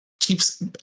keeps